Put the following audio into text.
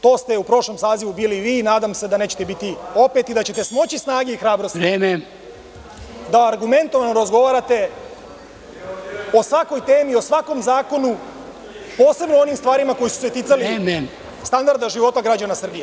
To ste u prošlom sazivu bili vi, nadam se da nećete biti opet i da ćete smoći snage i hrabrosti da argumentovano razgovarate o svakoj temi, o svakom zakonu, posebno o onim stvarima koje su se ticale standarda života građana Srbije.